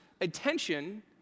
attention